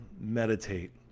meditate